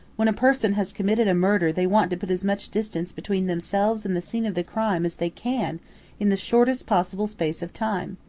when a person has committed a murder they want to put as much distance between themselves and the scene of the crime as they can in the shortest possible space of time.